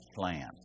plan